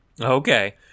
Okay